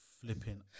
flipping